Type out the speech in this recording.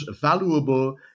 valuable